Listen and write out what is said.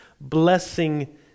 blessing